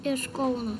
iš kauno